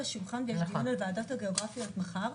השולחן בדיון על ועדת הגיאוגרפיה מחר,